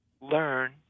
learn